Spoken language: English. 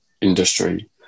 industry